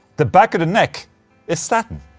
the back of the neck is satin